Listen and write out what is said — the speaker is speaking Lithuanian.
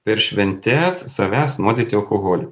per šventes savęs nuodyti alkoholiu